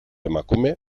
emakume